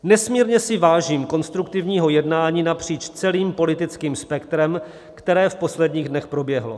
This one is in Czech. Nesmírně si vážím konstruktivního jednání napříč celým politickým spektrem, které v posledních dnech proběhlo.